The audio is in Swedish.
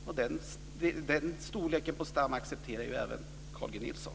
Även Carl G Nilsson accepterar ju storleken på den stammen.